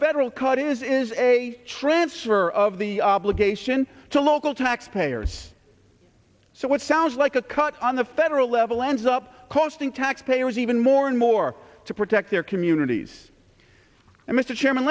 federal court is is a transfer of the obligation to local taxpayers so what sounds like a cut on the federal level ends up costing taxpayers even more and more to protect their communities and mr chairman